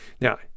Now